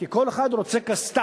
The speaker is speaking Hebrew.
כי כל אחד רוצה כסת"ח,